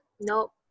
nope